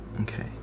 Okay